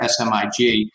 SMIG